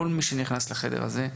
כל מי שנכנס לחדר הזה,